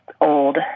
old